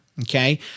Okay